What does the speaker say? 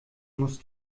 muss